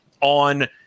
on